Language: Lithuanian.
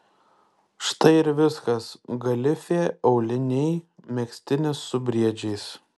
štai ir viskas galifė auliniai megztinis su briedžiais